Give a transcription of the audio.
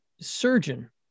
surgeon